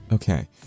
Okay